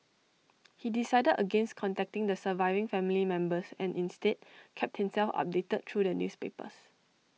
he decided against contacting the surviving family members and instead kept himself updated through the newspapers